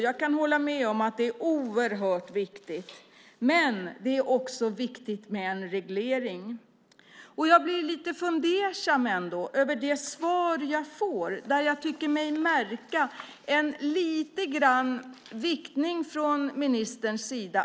Jag kan hålla med om att det är oerhört viktigt, men det är också viktigt med en reglering. Jag blir ändå lite fundersam över det svar jag får, där jag tycker mig märka en liten viktning från ministerns sida.